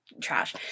trash